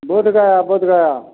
Bodhgaya Bodhgaya